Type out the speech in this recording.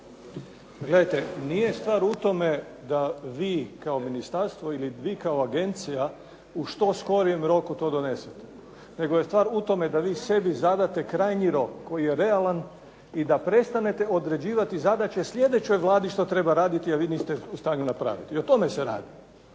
Gledajte, nije stvar u tome da vi kao ministarstvo ili vi kao agencija u što skorijem roku to donesete nego je stvar u tome da vi sebi zadate krajnji rok koji je realan i da prestanete određivati zadaće sljedećoj vladi što treba raditi, a vi niste u stanju napraviti. O tome se radi.